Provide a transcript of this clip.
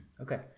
Okay